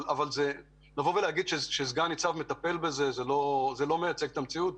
אבל להגיד שסגן ניצב מטפל בזה זה לא מייצג את המציאות.